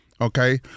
Okay